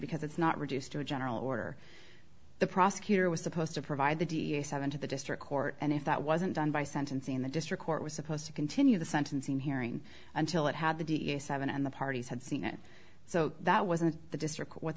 because it's not reduced to a general order the prosecutor was supposed to provide the d a seven to the district court and if that wasn't done by sentencing the district court was supposed to continue the sentencing hearing until it had the d a seven and the parties had seen it so that wasn't the district what